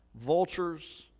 vultures